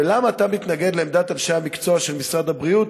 ולמה אתה מתנגד לעמדת אנשי המקצוע של משרד הבריאות,